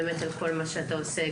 על כל מה שאתה עושה,